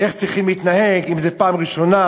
איך צריכים להתנהג אם זו פעם ראשונה,